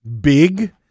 big